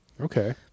Okay